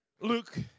Luke